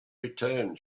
return